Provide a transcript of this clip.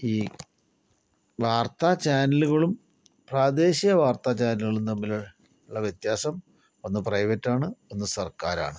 ഈ വാർത്ത ചാനലുകളും പ്രാദേശിക വാർത്താചാനലുകളും തമ്മില് ഉള്ള വ്യത്യാസം ഒന്ന് പ്രൈവറ്റാണ് ഒന്ന് സർക്കാരാണ്